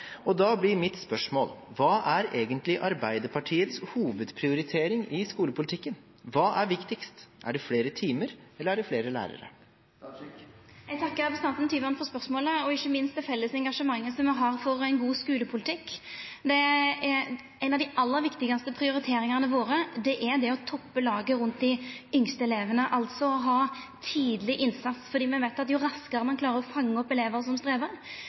milliarder. Da blir mitt spørsmål: Hva er egentlig Arbeiderpartiets hovedprioritering i skolepolitikken? Hva er viktigst; er det flere timer, eller er det flere lærere? Eg takkar representanten Tyvand for spørsmålet og ikkje minst for det felles engasjementet som me har for ein god skulepolitikk. Ei av dei aller viktigaste prioriteringane våre er å toppa laget rundt dei yngste elevane, altså å ha tidleg innsats. For me veit at jo raskare ein klarer å fanga opp elevar som strevar,